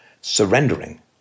surrendering